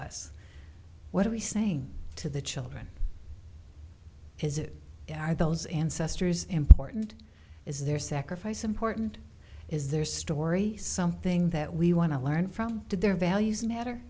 us what are we saying to the children is it are those ancestors important is their sacrifice important is their story something that we want to learn from their values matter